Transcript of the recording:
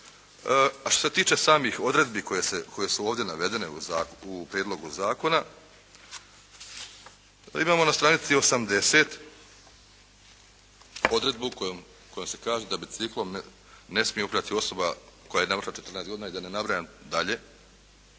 A što se tiče samih odredbi koje su ovdje navedene u prijedlogu zakona, imamo na stranici 80. odredbu kojom se kaže da biciklom ne smije upravljati osoba koja …/Govornik se ne razumije./… navršila 14. godina i da ne nabrajam dalje.